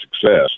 success